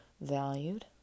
valued